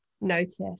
notice